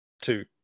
two